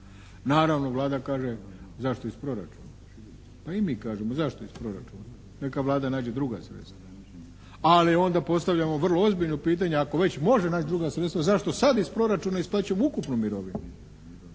Naravno Vlada kaže zašto iz proračuna? Pa i mi kažemo zašto iz proračuna? Neka Vlada nađe druga sredstva. Ali onda postavljamo vrlo ozbiljno pitanje ako već može naći druga sredstva zašto sad iz proračuna isplaćuje ukupnu mirovinu?